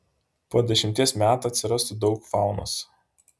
po dešimties metų atsirastų daug faunos